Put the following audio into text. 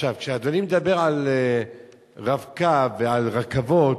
כשאדוני מדבר על "רב-קו" ועל רכבות,